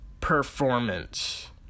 performance